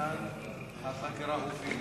ולאן החקירה הובילה?